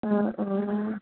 অঁ অঁ